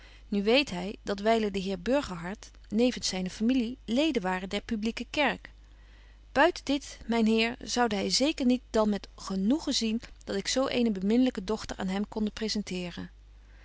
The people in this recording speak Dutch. nu weet hy dat wylen de heer burgerhart nevens zyne familie leden waren der publique kerk buiten dit betje wolff en aagje deken historie van mejuffrouw sara burgerhart myn heer zoude hy zeker niet dan met gemoegen zien dat ik zo eene beminlyke dochter aan hem konde